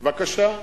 בבקשה,